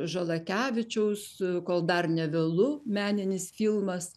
žalakevičiaus kol dar nevėlu meninis filmas